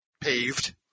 paved